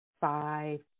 five